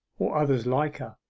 or others like her.